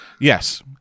Yes